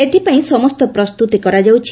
ଏଥପାଇଁ ସମସ୍ତ ପ୍ରସ୍ତୁତି କରାଯାଉଛି